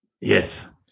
yes